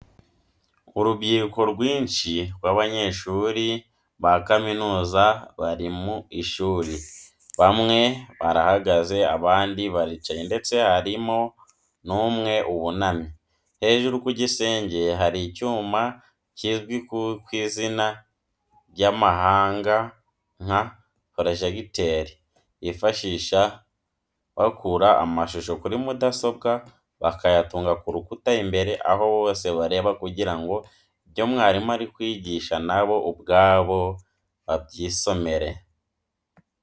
Urubyiruko rwinshi rw'abanyeshuri ba kaminuza bari mu ishuri, bamwe barahagaze abandi baricaye ndetse harimo n'umwe wunamye. Hejuru ku gisenge hari icyuma kizwi ku izina ry'amahanga nka porojegiteri bifashisha bakura amashusho kuri mudasobwa bakayatunga ku rukuta imbere, aho bose bareba kugira ngo ibyo mwarimu ari kwigisha nabo ubwabo babyisomere.